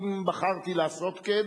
אם בחרתי לעשות כן,